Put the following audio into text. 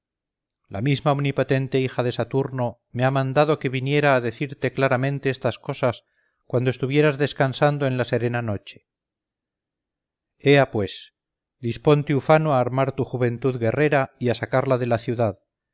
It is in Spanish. la misma omnipotente hija de saturno me ha mandado que viniera a decirte claramente estas cosas cuando estuvieras descansando en la serena noche ea pues disponte ufano a armar tu juventud guerrera y a sacarla de la ciudad